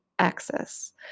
access